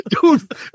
dude